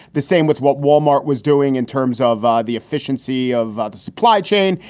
the same with what wal-mart was doing in terms of ah the efficiency of the supply chain.